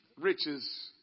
riches